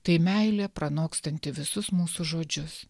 tai meilė pranokstanti visus mūsų žodžius